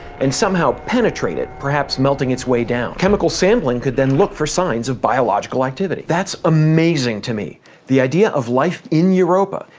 and somehow penetrate it perhaps melting its way down. chemical sampling could then look for signs of biological activity. that's amazing to me the idea of life in europa,